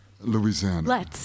Louisiana